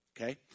Okay